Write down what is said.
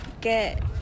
get